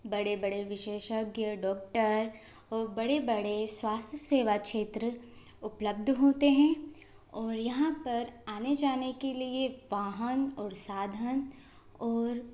बड़े बड़े विशेषज्ञ डॉक्टर और बड़े बड़े स्वास्थ्य सेवा क्षेत्र उपलब्ध होते हैं और यहाँ पर आने जाने के लिए वाहन और साधन और